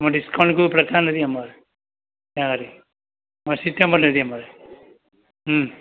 આમાં ડિસ્કાઉન્ટ કોઈ પ્રકારનું નથી અમારે ત્યાં આગળ અમાં સીટમ જ નથી અમારે